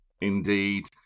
indeed